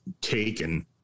taken